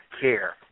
care